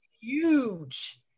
huge